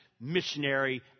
missionary